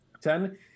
Ten